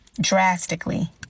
drastically